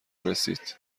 رسید